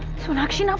sonakshi